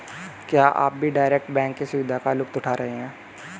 क्या आप भी डायरेक्ट बैंक की सुविधा का लुफ्त उठा रहे हैं?